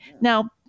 Now